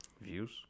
Views